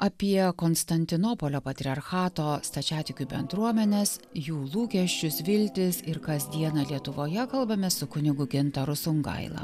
apie konstantinopolio patriarchato stačiatikių bendruomenes jų lūkesčius viltis ir kasdieną lietuvoje kalbamės su kunigu gintaru sungaila